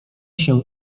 się